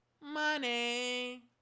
Money